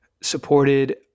supported